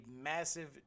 massive